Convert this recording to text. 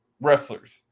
wrestlers